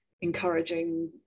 encouraging